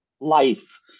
life